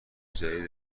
جدید